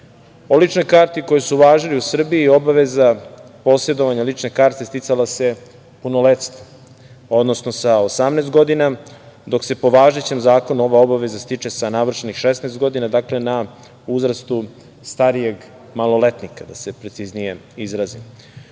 o ličnoj karti koje su važile u Srbiji, obaveza posedovanja lične karte sticala se punoletstvom, odnosno sa 18 godina, dok se po važećem zakonu, ova obaveza stiče sa navršenih 16 godina, dakle na uzrastu starijeg maloletnika, da se preciznije